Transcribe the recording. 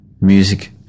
music